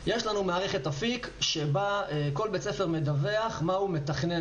יש לנו מערכת אפיק שבה כל בית ספר מדווח מה הוא מתכנן